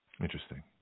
Interesting